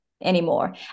anymore